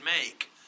make